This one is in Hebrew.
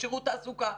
שירות תעסוקה,